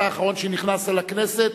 אתה האחרון שנכנס לכנסת,